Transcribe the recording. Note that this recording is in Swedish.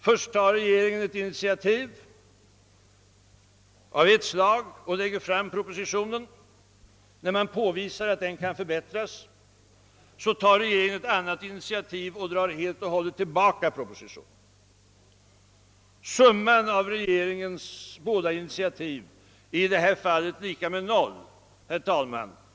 Först tar regeringen ett initiativ av ett slag och lägger fram propositionen. När det påvisas att den kan förbättras, tar regeringen ett annat initiativ och drar helt och hållet tillbaka propositionen. Summan av regeringens båda initiativ är i det här fallet lika med noll, herr talman.